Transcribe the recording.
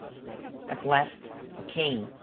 at last it came,